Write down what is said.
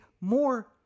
more